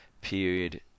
period